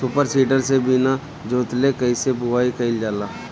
Super seeder से बीना जोतले कईसे बुआई कयिल जाला?